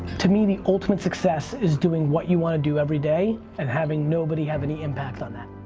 to me the ultimate success is doing what you wanna do everyday and having nobody have any impact on that.